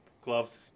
gloved